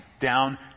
down